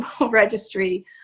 registry